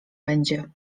będzie